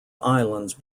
islands